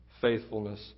faithfulness